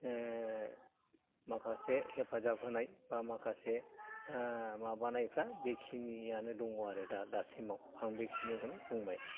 माखासे हेफाजाब होनाय बा माखासे माबानायफ्रा बेखिनियानो दङ आरो दा दासिमाव आं बेखिनिखौ बुंबाय